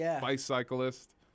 bicyclist